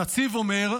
הנצי"ב אומר,